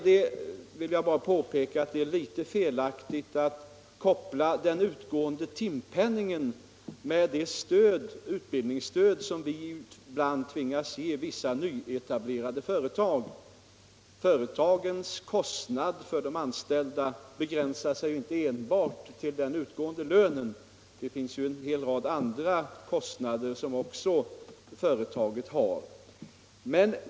Det är litet felaktigt att koppla den utgående timpenningen till det utbildningsstöd som vi ibland tvingas ge vissa nyetablerade företag. Företagens kostnad för de anställda är inte begränsad till den utgående lönen, utan företagaren har också en hel rad andra kostnader.